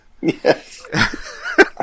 Yes